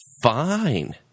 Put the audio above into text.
Fine